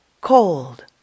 cold